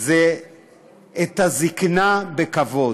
זה זקנה בכבוד?